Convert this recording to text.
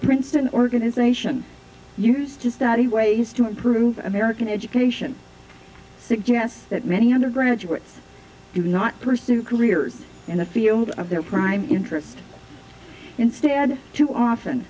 princeton organization used to study ways to improve american education suggests that many undergraduates do not pursue careers in the field of their prime interest instead too often